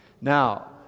Now